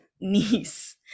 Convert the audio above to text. niece